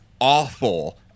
awful